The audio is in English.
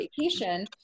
vacation